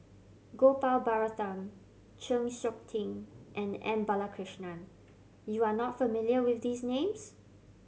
Gopal Baratham Chng Seok Tin and M Balakrishnan you are not familiar with these names